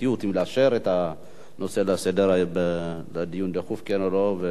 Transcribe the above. אם לאשר את הנושא לדיון דחוף או לא,